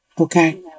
Okay